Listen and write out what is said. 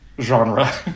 genre